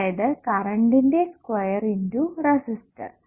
അതായത് കറണ്ടിന്റെ square × resistor